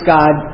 God